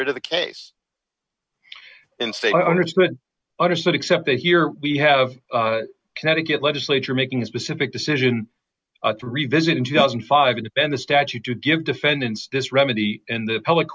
rid of the case instead understood understood except that here we have a connecticut legislature making a specific decision to revisit in two thousand and five to bend the statute to give defendants does remedy in the public